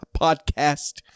Podcast